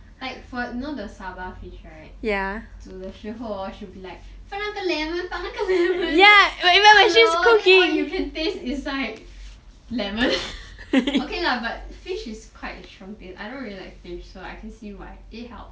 like for example you know the saba fish right 煮的时候:zhu deshi hou hor she will be like 放那个 lemon 放那个 lemon you know then all you can taste is lemon okay lah but fish is quite I don't really like fish so I can see why it helps